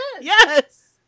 Yes